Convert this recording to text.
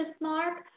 Mark